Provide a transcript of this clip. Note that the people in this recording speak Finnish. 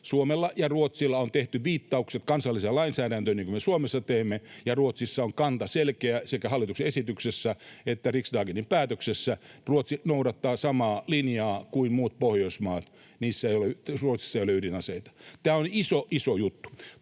Suomella ja Ruotsilla on tehty viittaukset kansalliseen lainsäädäntöön, niin kuin me Suomessa teimme, ja Ruotsissa kanta on selkeä sekä hallituksen esityksessä että riksdagenin päätöksessä: Ruotsi noudattaa samaa linjaa kuin muut Pohjoismaat, Ruotsissa ei ole ydinaseita. Tämä on iso, iso juttu.